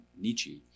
Nietzsche